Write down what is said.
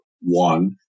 one-